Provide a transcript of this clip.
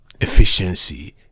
efficiency